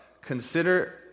consider